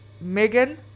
Megan